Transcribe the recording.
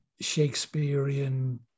Shakespearean